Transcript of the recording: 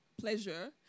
pleasure